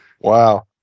wow